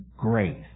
grace